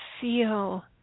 feel